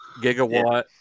gigawatt